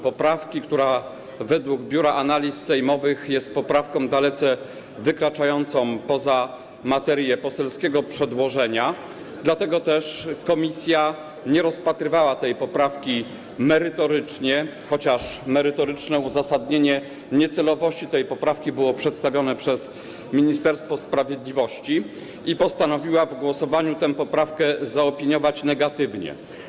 Poprawka według Biura Analiz Sejmowych jest poprawką dalece wykraczającą poza materię poselskiego przedłożenia, dlatego też komisja nie rozpatrywała tej poprawki merytorycznie, chociaż merytoryczne uzasadnienie niecelowości tej poprawki było przedstawione przez Ministerstwo Sprawiedliwości, i postanowiła w głosowaniu tę poprawkę zaopiniować negatywnie.